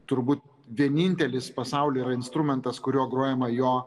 turbūt vienintelis pasauly yra instrumentas kuriuo grojama jo